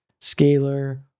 Scalar